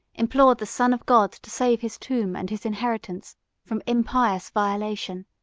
implored the son of god to save his tomb and his inheritance from impious violation.